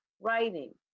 writing